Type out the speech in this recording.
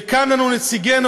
שקם לנו נציגנו,